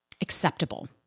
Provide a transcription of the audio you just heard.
acceptable